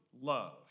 love